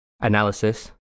analysis